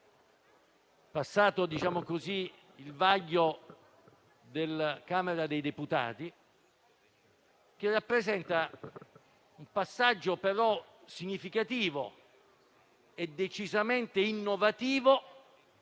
passato il vaglio della Camera dei deputati) che rappresenta un passaggio significativo e decisamente innovativo